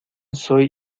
soy